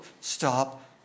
stop